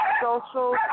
social